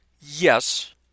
Yes